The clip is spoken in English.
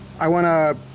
i wanna.